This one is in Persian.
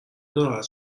ناراحت